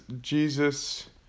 Jesus